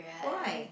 why